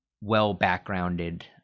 well-backgrounded